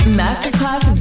masterclass